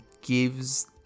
gives